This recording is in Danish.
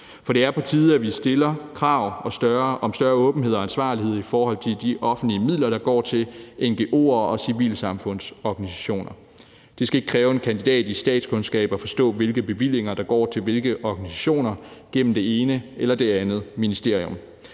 For det er på tide, at vi stiller krav om større åbenhed og ansvarlighed i forhold til de offentlige midler, der går til ngo'er og civilsamfundsorganisationer. Det skal ikke kræve en kandidat i statskundskab at forstå, hvilke bevillinger der går til hvilke organisationer gennem det ene eller det andet ministerium